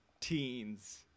teens